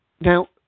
Now